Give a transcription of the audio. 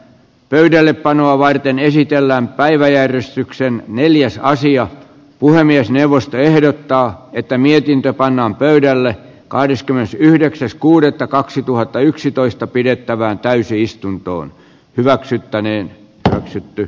pöydällepanoa varten esitellään päiväjärjestykseen neljäs sija puhemiesneuvosto ehdottaa että mietintö pannaan pöydälle kahdeskymmenesyhdeksäs kuudetta kaksituhattayksitoista pidettävään täysistuntoon hyväksyttäneen taksit vastaan